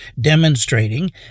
demonstrating